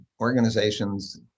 organizations